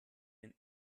den